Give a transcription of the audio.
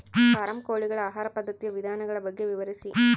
Form ಕೋಳಿಗಳ ಆಹಾರ ಪದ್ಧತಿಯ ವಿಧಾನಗಳ ಬಗ್ಗೆ ವಿವರಿಸಿ?